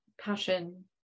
passion